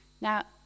Now